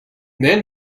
then